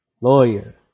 Lawyer